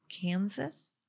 Kansas